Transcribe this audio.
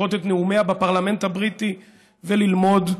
לראות את נאומיה בפרלמנט הבריטי וללמוד.